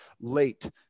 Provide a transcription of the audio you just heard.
late